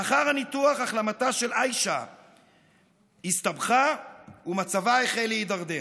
לאחר הניתוח החלמתה של עאישה הסתבכה ומצבה החל להידרדר.